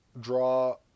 draw